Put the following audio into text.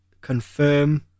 confirm